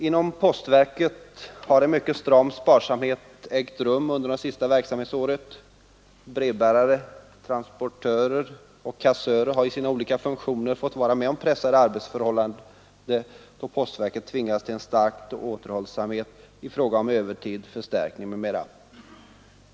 Inom postverket har en mycket stram sparsamhet iakttagits under det senaste verksamhetsåret. Brevbärare, transportörer och kassörer har i sina olika funktioner fått vara med om pressande arbetsförhållanden, då postverket har tvingats till stark återhållsamhet i fråga om övertid och förstärkning m.m.